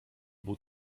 był